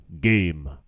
game